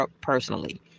personally